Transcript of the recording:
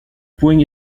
point